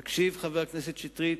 תקשיב, חבר הכנסת שטרית,